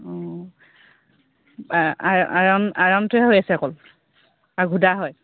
অঁ আইৰণটোৱে হৈ আছে অকল আৰু ঘোদা হয়